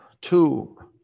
two